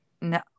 No